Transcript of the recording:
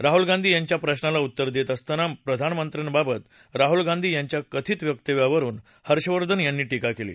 राह्ल गांधी यांच्या प्रश्नाला उत्तर देत असताना प्रधानमंत्र्याबाबत राह्ल गांधी यांच्या कथित वक्तव्यावरुन हर्षवर्धन यांनी ींका केली